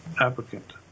applicant